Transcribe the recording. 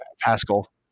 Pascal